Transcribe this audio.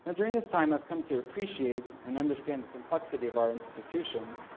and during this time i've come to appreciate and understand the complexity of our institution,